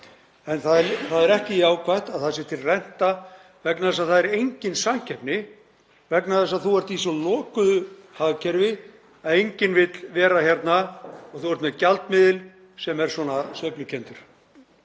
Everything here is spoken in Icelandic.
En það er ekki jákvætt að það sé til renta vegna þess að það er engin samkeppni vegna þess að þú ert í svo lokuðu hagkerfi að enginn vill vera hérna og þú ert með gjaldmiðil sem er svona sveiflukenndur.“